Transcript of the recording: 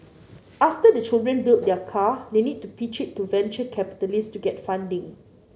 after the children build their car they need to pitch it to venture capitalists to get funding